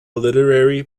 literary